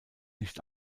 nicht